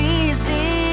easy